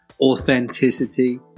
authenticity